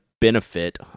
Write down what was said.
benefit